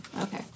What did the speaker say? Okay